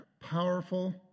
powerful